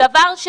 זה לא נכון.